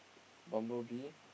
Bumblebee